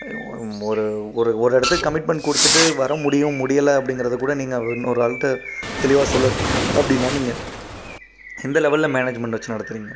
ஒரு ஒரு ஒரிடத்துக்கு கமிட்மென்ட் கொடுத்துட்டு வர முடியும் முடியலை அப்படீங்கறத கூட நீங்கள் இன்னோராளுகிட்டே தெளிவாக சொல்லை அப்படீன்னா நீங்கள் எந்த லெவலில் மேனேஜ்மென்ட் வச்சு நடத்துறீங்க